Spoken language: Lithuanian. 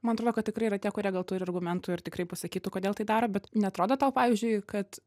man atrodo kad tikrai yra tie kurie gal turi argumentų ir tikrai pasakytų kodėl tai daro bet neatrodo tau pavyzdžiui kad